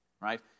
right